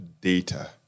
data